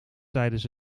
tijdens